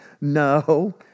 no